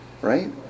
Right